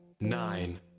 Nine